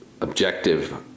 objective